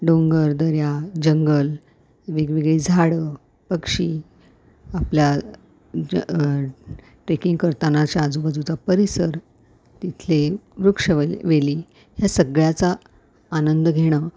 डोंगर दऱ्या जंगल वेगवेगळी झाडं पक्षी आपल्या ज ट्रेकिंग करतानाच्या आजूबाजूचा परिसर तिथले वृक्ष व वेली ह्या सगळ्याचा आनंद घेणं